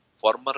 former